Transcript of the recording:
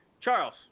Charles